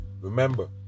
Remember